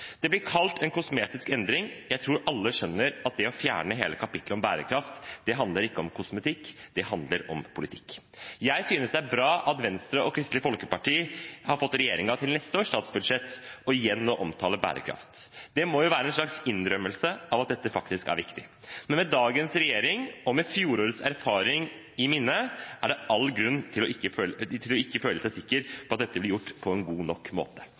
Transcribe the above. Det blir kalt en kosmetisk endring. Jeg tror alle skjønner at det å fjerne hele kapitlet om bærekraft ikke handler om kosmetikk, det handler om politikk. Jeg synes det er bra at Venstre og Kristelig Folkeparti har fått regjeringen til ved neste års statsbudsjett igjen å omtale bærekraft. Det må være en slags innrømmelse av at dette faktisk er viktig. Men med dagens regjering og med fjorårets erfaring i minne er det all grunn til ikke å føle seg sikker på at dette blir gjort på en god nok måte.